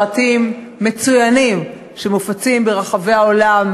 אבל יש סרטים מצוינים שמופצים ברחבי העולם,